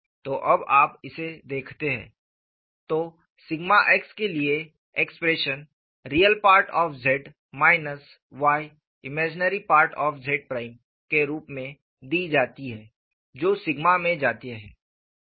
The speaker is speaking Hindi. तो जब आप इसे देखते हैं तो सिग्मा x के लिए expression Re Z y Im Z के रूप में दी जाती है जो सिग्मा में जाती है